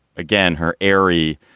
again, her airy,